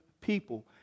people